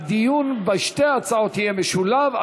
הדיון בשתי ההצעות יהיה משולב,